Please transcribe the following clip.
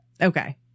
Okay